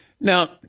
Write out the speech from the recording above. Now